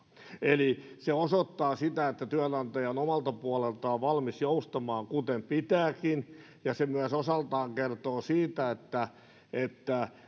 eli se osoittaa sitä että työnantaja on omalta puoleltaan valmis joustamaan kuten pitääkin ja se myös osaltaan kertoo siitä että että